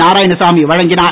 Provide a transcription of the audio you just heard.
நாராயணசாமி வழங்கினார்